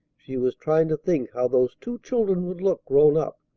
she was trying to think how those two children would look grown up.